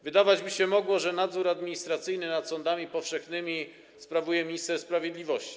Wydawać by się mogło, że nadzór administracyjny nad sądami powszechnymi sprawuje minister sprawiedliwości.